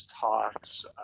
talks